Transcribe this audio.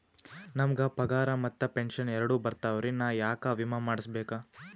ನಮ್ ಗ ಪಗಾರ ಮತ್ತ ಪೆಂಶನ್ ಎರಡೂ ಬರ್ತಾವರಿ, ನಾ ಯಾಕ ವಿಮಾ ಮಾಡಸ್ಬೇಕ?